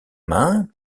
mains